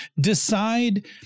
decide